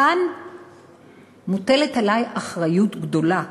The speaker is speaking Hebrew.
כאן מוטלת עלי אחריות גדולה.